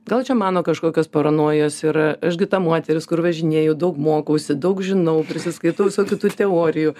gal čia mano kažkokios paranojos yra aš gi ta moteris kur važinėju daug mokausi daug žinau prisiskaitau visokių tų teorijų